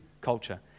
culture